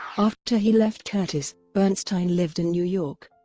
after he left curtis, bernstein lived in new york.